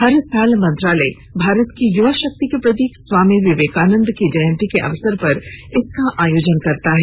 हर साल मंत्रालय भारत की युवा शक्ति के प्रतीक स्वामी विवेकानन्द की जयंती के अवसर पर इसका आयोजन करता है